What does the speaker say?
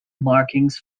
markings